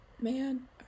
Man